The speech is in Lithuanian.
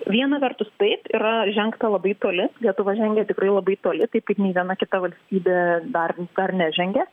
viena vertus taip yra žengta labai toli lietuva žengia tikrai labai toli taip kaip nei viena kita valstybė dar dar nežengė